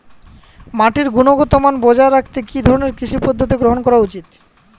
মাটির গুনগতমান বজায় রাখতে কি ধরনের কৃষি পদ্ধতি গ্রহন করা উচিৎ?